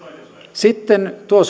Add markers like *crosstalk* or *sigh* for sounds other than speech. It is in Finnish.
sitten tuo *unintelligible*